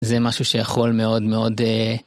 זה משהו שיכול מאוד מאוד.